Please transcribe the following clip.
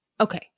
Okay